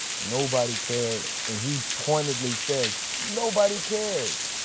nobody cares and he pointedly says nobody cares.